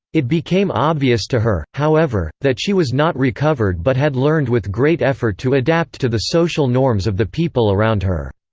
it became obvious to her, however, that she was not recovered but had learned with great effort to adapt to the social norms of the people around her.